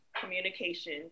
communication